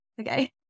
okay